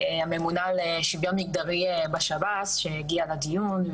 הממונה על שוויון מגדרי בשב"ס, שהגיעה לדיון.